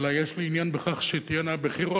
אלא יש לי עניין בכך שתהיינה בחירות,